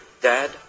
Dad